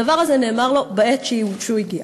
הדבר הזה נאמר לו בעת שהוא הגיע.